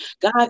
God